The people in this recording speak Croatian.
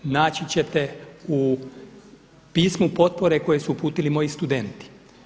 Naći ćete u pismu potpore koji su uputili moji studenti.